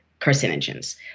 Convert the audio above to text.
carcinogens